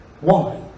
Why